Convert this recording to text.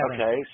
Okay